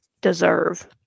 deserve